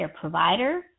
provider